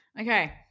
Okay